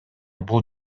бул